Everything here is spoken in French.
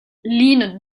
line